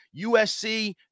USC